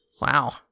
Wow